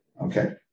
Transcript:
Okay